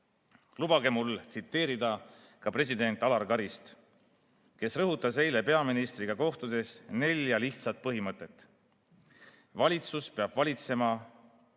mul tsiteerida ka president Alar Karist, kes rõhutas eile peaministriga kohtudes nelja lihtsat põhimõtet: "valitsus peab valitsema